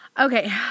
Okay